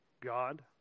God